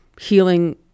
healing